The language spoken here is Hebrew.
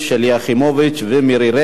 שלי יחימוביץ ומירי רגב,